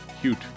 cute